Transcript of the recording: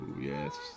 Yes